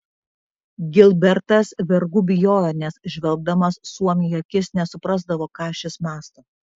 gilbertas vergų bijojo nes žvelgdamas suomiui į akis nesuprasdavo ką šis mąsto